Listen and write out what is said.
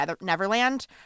Neverland